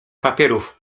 papierów